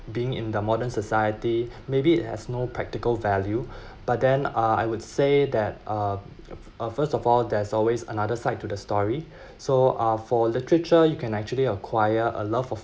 being in the modern society maybe it has no practical value but then uh I would say that uh uh first of all there's always another side to the story so uh for literature you can actually acquire a love of